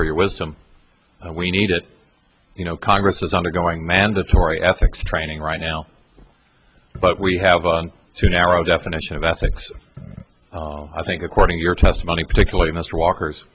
for your wisdom we need it you know congress is undergoing mandatory ethics training right now but we have to narrow definition of ethics i think according your testimony particularly mr walker